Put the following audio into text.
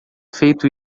feito